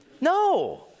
No